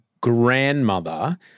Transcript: grandmother